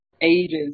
ages